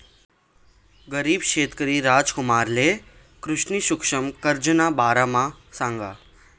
गरीब शेतकरी रामकुमारले कृष्णनी सुक्ष्म कर्जना बारामा सांगं